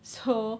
so